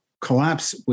collapse